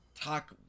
talk